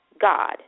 god